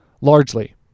largely